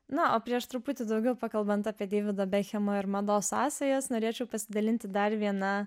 na o prieš truputį daugiau pakalbant apie deivido bekhemo ir mados sąsajas norėčiau pasidalinti dar viena